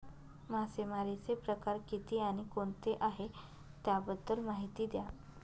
मासेमारी चे प्रकार किती आणि कोणते आहे त्याबद्दल महिती द्या?